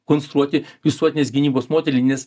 konstruoti visuotinės gynybos modelį nes